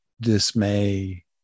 dismay